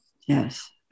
yes